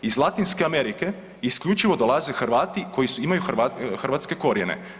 Iz Latinske Amerike isključivo dolaze Hrvati koji imaju hrvatske korijene.